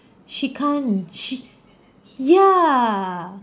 she can't she ya